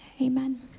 Amen